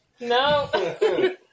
No